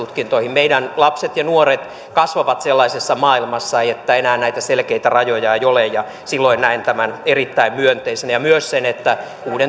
meidän lapset ja nuoret kasvavat sellaisessa maailmassa että enää näitä selkeitä rajoja ei ole ja siksi näen tämän erittäin myönteisenä ja myös sen että kuuden